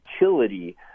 utility